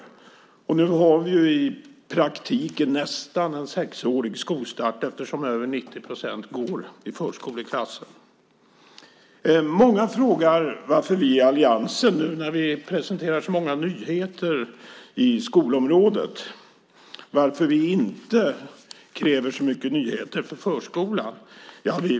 I praktiken har vi nu nästan skolstart vid sex års ålder eftersom över 90 procent går i förskoleklasser. Många frågar varför vi i alliansen nu när vi presenterar så många nyheter på skolområdet inte kräver så mycket nyheter för förskolan.